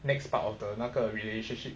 next part of the 那个 relationship